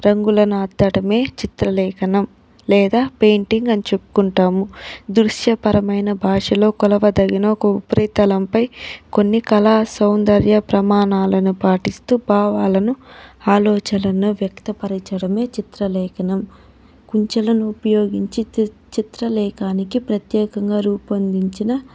రంగుల అద్దడమే చిత్రలేఖనంలేదా పెయింటింగ్ అని చెప్పుకుంటాము దృశ్యపరమైన భాషలో కొలవదగిన ఒక ఉపరితలంపై కొన్ని కళా సౌందర్య ప్రమాణాలను పాటిస్తూ భావాలను ఆలోచనలు వ్యక్తపరచడమే చిత్రలేఖనం కుంచెలను ఉపయోగించి చిత్ చిత్రలేఖానికి ప్రత్యేకంగా రూపొందించిన